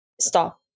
stop